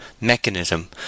mechanism